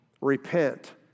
repent